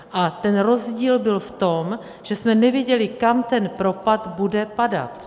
A ten rozdíl byl v tom, že jsme nevěděli, kam ten propad bude padat.